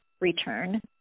return